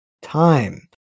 time